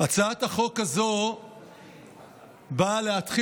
שהצעת חוק צוותי התערבות במשבר,